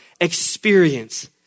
experience